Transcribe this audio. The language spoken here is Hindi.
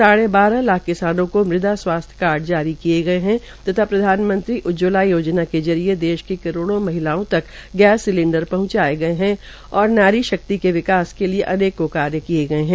साढ़े बारह लाख किसानों को मुदा स्वास्थय कार्ड जारी किये गये है तथा प्रधानमंत्री उज्जवला योजना के जरिये देश की करोड़ो महिलाओं तक गैस सिंलिडरे पहुंचाये गये और नारी शक्ति के विकास के लिये अनेकों कार्य किये गये है